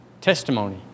testimony